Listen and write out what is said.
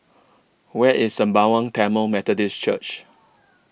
Where IS Sembawang Tamil Methodist Church